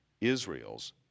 Israel's